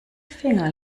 finger